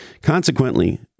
consequently